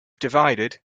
divided